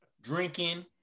Drinking